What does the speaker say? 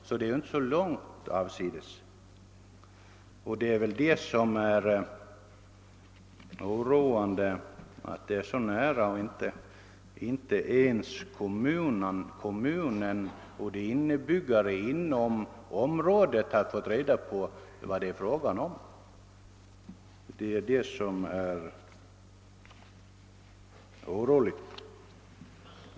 Jag finner det oroande att ärendet är så nära sitt avgörande utan att inte ens kommunen och de människor som bor inom området har fått reda på vad det är fråga om.